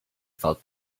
felt